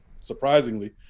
surprisingly